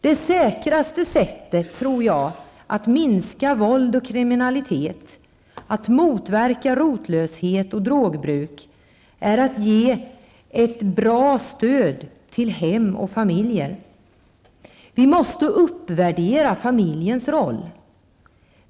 Det säkraste sättet att minska våld och kriminalitet, att motverka rotlöshet och drogbruk är att ge ett bra stöd till hem och familjer. Vi måste uppvärdera familjens roll.